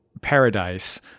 paradise